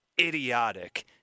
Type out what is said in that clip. idiotic